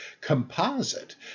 composite